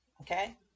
Okay